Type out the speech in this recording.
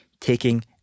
taking